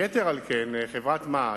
יתר על כן, חברת מע"צ,